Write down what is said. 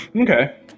Okay